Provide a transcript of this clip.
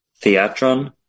Theatron